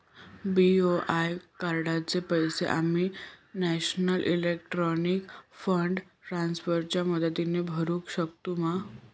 BOI कार्डाचे पैसे आम्ही नेशनल इलेक्ट्रॉनिक फंड ट्रान्स्फर च्या मदतीने भरुक शकतू मा?